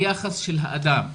היחס של האדם,